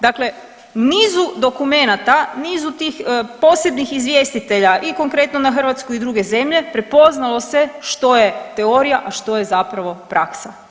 Dakle nizu dokumenata, nizu tih posebnih izvjestitelja i konkretno na Hrvatsku i druge zemlje, prepoznalo se što je teorija, a što je zapravo praksa.